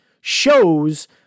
shows